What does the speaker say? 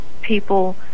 people